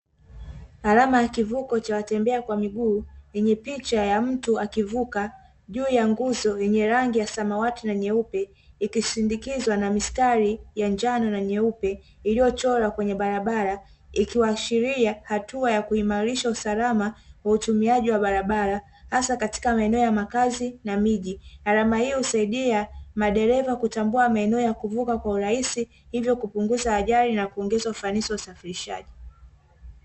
Alama ya kivuko ya watembea kwa miguu yenye picha ya mtu akivuka juu ya nguzo yenye rangi ya samawati na nyeupe ikisindikizwa na mistari ya njano na meupe iliyo chorwa kwenye barabara ikiashiria hatua ya utumiaji wa barabara asa katika maeneo ya makazi na miji, alama hii husaidia madereva ktambua maeneo ya kuvuka kwa urahisi hivyo kupunguza ajali na kuongeza ufanisi wa usafirishaji.